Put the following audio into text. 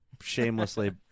shamelessly